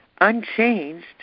unchanged